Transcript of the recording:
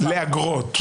לאגרות.